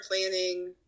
planning